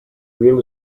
real